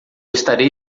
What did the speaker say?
estarei